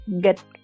get